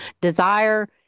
Desire